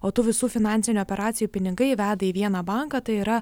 o tų visų finansinių operacijų pinigai veda į vieną banką tai yra